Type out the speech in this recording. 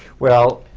well,